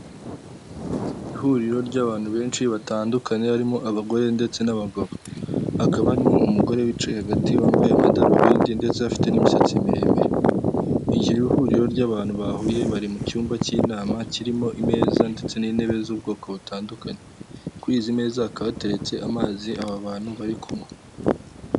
Ihuriro ry'abantu benshi batandukanye harimo abagore ndetse n'abagabo, hakabamo umugore wicaye hagati wambaye amadarubindi ndetse afite n'imisatsi miremire, igihe huriro ry'abantu bahuye bari mucyumba cy'inama kirimo imeza ndetse n'intebe z'ubwoko butandukanye kuri izi meza hakaba hateretse amazi abantu bari kunywa.